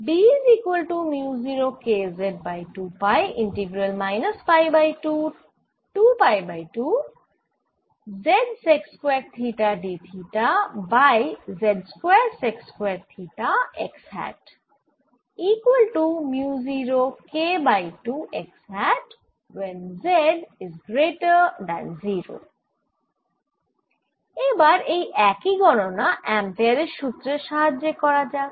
এবার এই একই গণনা অ্যাম্পেয়ারের সুত্রের সাহায্যে করা যাক